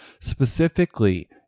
Specifically